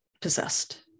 possessed